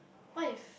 what if